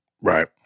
right